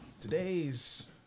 today's